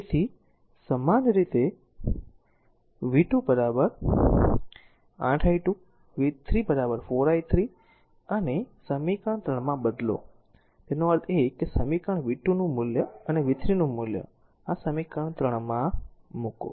તેથી સમાન રીતે v 2 8 i2 અને v 3 4 i3 ને સમીકરણ 3 માં બદલો તેનો અર્થ એ કે આ સમીકરણ v 2 મૂલ્ય અને v 3 મૂલ્ય આ સમીકરણ 3 માં મુકો